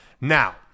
Now